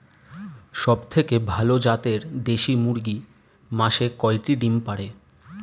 সবথেকে ভালো জাতের দেশি মুরগি মাসে কয়টি ডিম পাড়ে?